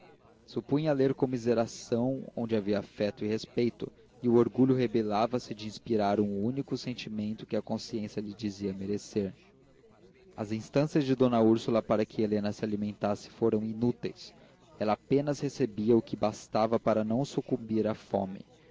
lábios supunha ler comiseração onde havia afeto e respeito e o orgulho rebelava se de inspirar o único sentimento que a consciência lhe dizia merecer as instâncias de d úrsula para que helena se alimentasse foram inúteis ela apenas recebia o que bastava para não sucumbir à fome